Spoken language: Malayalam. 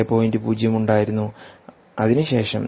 0 ഉണ്ടായിരുന്നു അതിനുശേഷം ഞാൻ പറയും 4